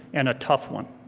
and a tough one.